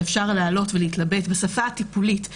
שאפשר לעלות ולהתלבט בשפה הטיפולית,